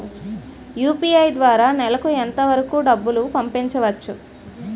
UPI ద్వారా నెలకు ఎంత వరకూ డబ్బులు పంపించవచ్చు?